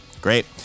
great